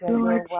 Lord